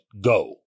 go